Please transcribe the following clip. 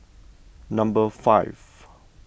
number five